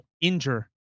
injure